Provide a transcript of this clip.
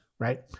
Right